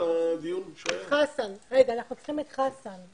במשרות של כוח עזר, אז הן עומדות ביעד,